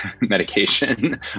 medication